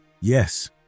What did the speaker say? Yes